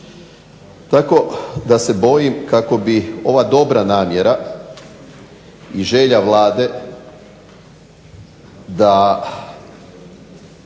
Tako da se bojim kako bi ova dobra namjera i želja Vlade da